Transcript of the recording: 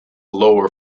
lower